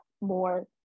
more